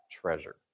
treasure